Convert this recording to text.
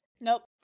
Nope